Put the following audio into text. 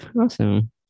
Awesome